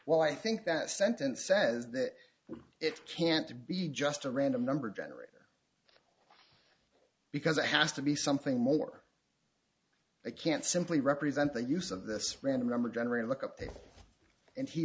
well i think that sentence says that it can't be just a random number generator because it has to be something more it can't simply represent the use of this random number generator look up there and he